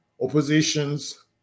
oppositions